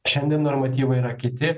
šiandien normatyvai yra kiti